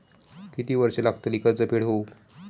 किती वर्षे लागतली कर्ज फेड होऊक?